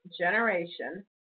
generation